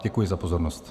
Děkuji za pozornost.